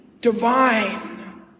divine